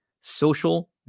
social